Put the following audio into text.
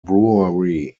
brewery